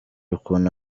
ukuntu